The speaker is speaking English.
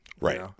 right